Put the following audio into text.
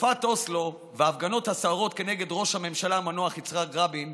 בתקופת אוסלו וההפגנות הסוערות כנגד ראש הממשלה המנוח יצחק רבין,